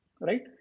Right